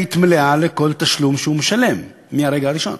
בנקאית מלאה לכל תשלום שהוא משלם מהרגע הראשון.